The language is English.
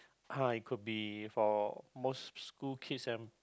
it could be for most school kids and